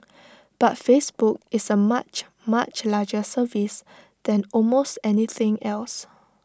but Facebook is A much much larger service than almost anything else